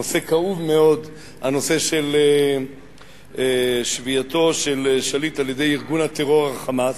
נושא כאוב מאוד הוא הנושא של שבייתו של שליט על-ידי ארגון הטרור "חמאס".